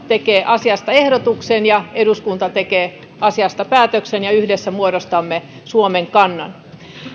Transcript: tekee asiasta ehdotuksen ja eduskunta tekee asiasta päätöksen ja yhdessä muodostamme suomen kannan